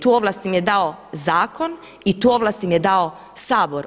Tu ovlast im je dao zakon i tu ovlast im je dao Sabor.